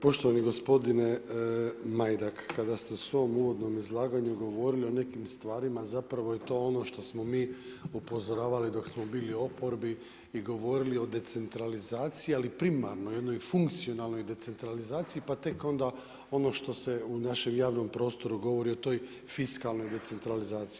Poštovani gospodine Majdak, kada ste u svom uvodnom izlaganju govorili o nekim stvarima, zapravo je to ono što smo mi upozoravali dok smo bili u oporbi i govorili o decentralizaciji, ali primarnoj, jednoj funkcionalnoj decentralizaciji, pa tek onda ono što se u našem javnom prostoru govori o toj fiskalnoj decentralizaciji.